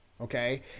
okay